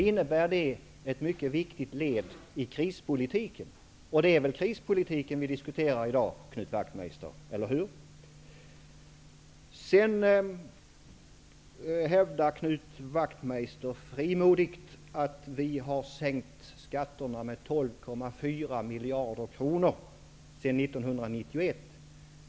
Det är också ett mycket viktigt led i krispolitiken - och det är väl krispolitiken som vi diskuterar i dag, eller hur, Knut Wachtmeister? Vidare hävdar Knut Wachtmeister frimodigt att man har sänkt skatterna med 12,4 miljarder kronor sedan 1991.